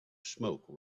smoke